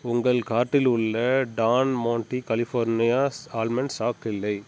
உங்கள் கார்ட்டில் உள்ள Don Monte California almond stock இல்லை